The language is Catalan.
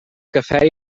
cafè